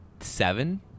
seven